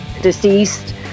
deceased